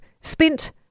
spent